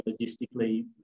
logistically